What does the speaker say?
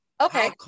Okay